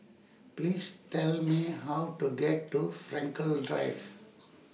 Please Tell Me How to get to Frankel Drive